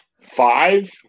five